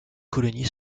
colonies